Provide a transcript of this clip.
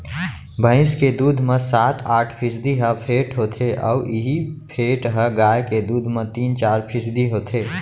भईंस के दूद म सात आठ फीसदी ह फेट होथे अउ इहीं फेट ह गाय के दूद म तीन चार फीसदी होथे